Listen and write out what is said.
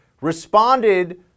responded